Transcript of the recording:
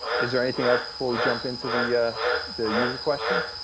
is there anything else before we jump into the the user questions?